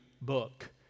book